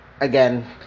again